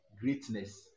greatness